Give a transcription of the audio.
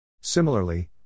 Similarly